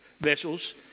vessels